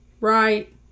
right